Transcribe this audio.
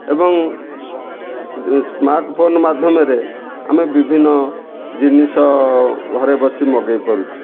ଏବଂ ସ୍ମାର୍ଟଫୋନ୍ ମାଧ୍ୟମରେ ଆମେ ବିଭିନ୍ନ ଜିନିଷ ଘରେ ବସି ମଗାଇ ପାରୁଛୁ